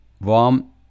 warm